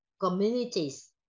Communities